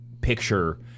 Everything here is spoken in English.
picture